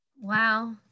wow